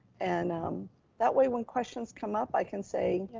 and um that way, when questions come up, i can say,